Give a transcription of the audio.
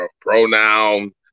pronoun